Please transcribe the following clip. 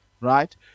right